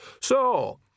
So